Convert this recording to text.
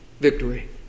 victory